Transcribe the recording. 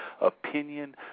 opinion